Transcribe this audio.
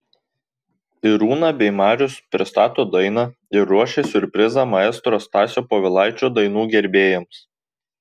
irūna bei marius pristato dainą ir ruošia siurprizą maestro stasio povilaičio dainų gerbėjams